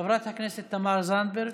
חברת הכנסת תמר זנדברג,